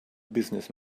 business